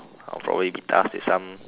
I will probably be tasked with some